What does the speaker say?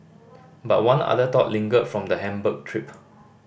but one other thought lingered from the Hamburg trip